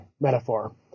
metaphor